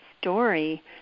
story